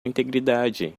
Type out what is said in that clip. integridade